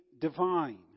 divine